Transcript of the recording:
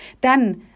Dann